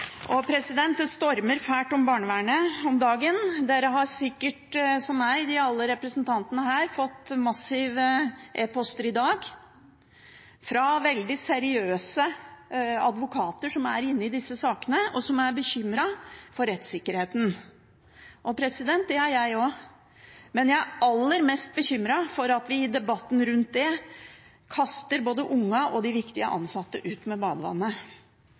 Det stormer veldig rundt barnevernet om dagen. Alle representantene her – som meg– har sikkert fått mange e-poster i dag fra veldig seriøse advokater som er inne i disse sakene, og som er bekymret for rettssikkerheten. Det er jeg også, men jeg er aller mest bekymret for at vi i debatten rundt det kaster både ungene og de viktige ansatte ut med badevannet.